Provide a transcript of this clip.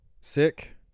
sick